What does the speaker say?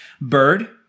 Bird